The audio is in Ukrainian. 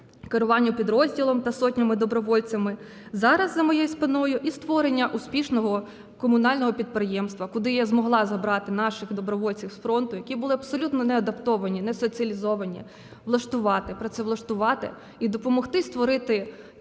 керуванню підрозділом та сотнями добровольців. Зараз за моєю спиною і створення успішного комунального підприємства, куди я змогла забрати наших добровольців з фронту, які були абсолютно неадаптовані, не соціалізовані, влаштувати, працевлаштувати, і допомогти створити